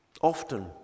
often